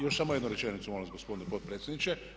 Još samo jednu rečenicu, molim vas gospodine potpredsjedniče.